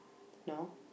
no